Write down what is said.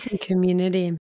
community